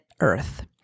Earth